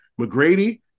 McGrady